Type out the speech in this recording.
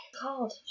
called